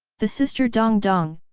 the sister dong dong,